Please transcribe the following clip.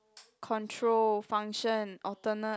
control function alternate